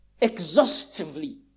exhaustively